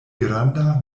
granda